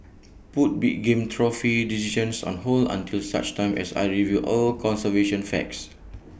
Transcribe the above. put big game trophy decisions on hold until such time as I review all conservation facts